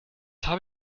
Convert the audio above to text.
habe